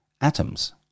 Atoms